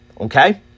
Okay